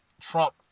Trump